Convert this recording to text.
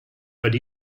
but